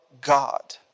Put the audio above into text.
God